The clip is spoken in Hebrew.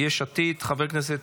חברי הכנסת